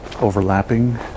overlapping